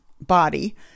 body